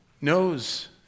knows